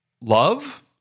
love